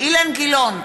אילן גילאון,